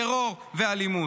לטרור ולאלימות.